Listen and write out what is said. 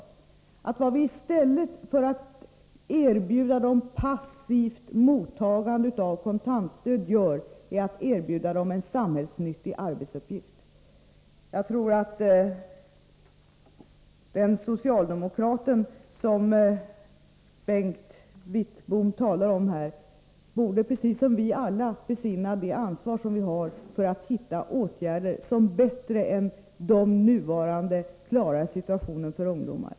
Vad vi gör är att i stället för att erbjuda ungdomarna ett passivt mottagande av kontantstöd erbjuda dem en samhällsnyttig arbetsuppgift. Jag tror att den socialdemokrat Bengt Wittbom talar om borde precis som vi alla besinna det ansvar vi har för att finna åtgärder som bättre än de nuvarande klarar situationen för ungdomarna.